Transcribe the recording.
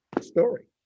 story